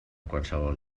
qualsevol